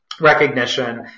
recognition